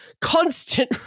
constant